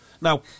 Now